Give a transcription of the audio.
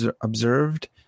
observed